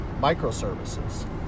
microservices